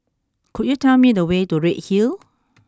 could you tell me the way to Redhill